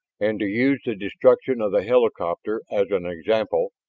and to use the destruction of the helicopter as an example,